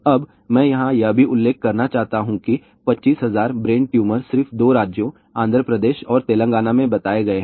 अब मैं यहाँ यह भी उल्लेख करना चाहता हूँ कि 25000 ब्रेन ट्यूमर सिर्फ दो राज्यों आंध्र प्रदेश और तेलंगाना में बताए गए हैं